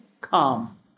calm